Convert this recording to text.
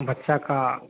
बच्चा का